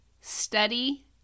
study